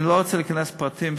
אני לא רוצה להיכנס לפרטים.